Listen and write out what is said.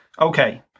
Okay